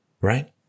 Right